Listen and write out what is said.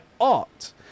art